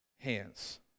Hands